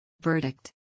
Verdict